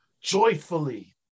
joyfully